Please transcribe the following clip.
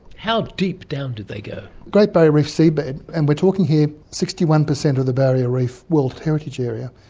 how deep down did they go? great barrier reef seabed, and we're talking here sixty one percent of the barrier reef world heritage area,